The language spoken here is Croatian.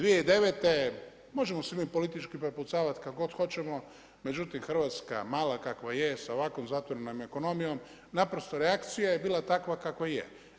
2009., možemo se mi politički prepucavati kako god hoćemo, međutim Hrvatska mala kakva je sa ovakvom zatvorenom ekonomijom reakcija je bila takva kakva je.